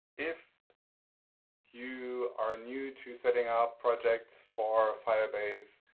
if you are new to setting up projects for firebase,